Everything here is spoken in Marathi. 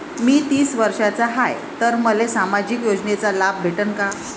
मी तीस वर्षाचा हाय तर मले सामाजिक योजनेचा लाभ भेटन का?